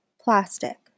plastic